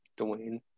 Dwayne